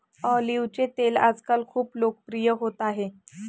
ऑलिव्हचे तेल आजकाल खूप लोकप्रिय होत आहे